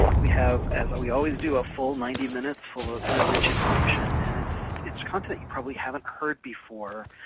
we have, as we always do, a full ninety minutes full of really rich information, and it's it's content that you probably haven't heard before,